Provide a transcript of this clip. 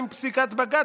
עם פסיקת בג"ץ,